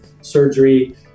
surgery